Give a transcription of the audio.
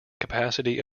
capacity